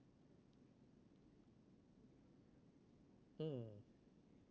mm